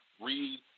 read –